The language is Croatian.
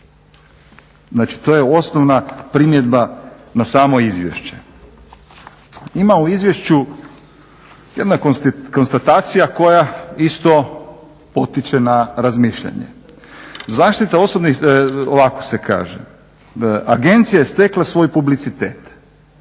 to je osnovna primjedba na samo izvješće. Ima u izvješću jedna konstatacija koja isto potiče na razmišljanje. Zaštita osobnih podataka, ovako se kaže, agencija je stekla svoj publicitet.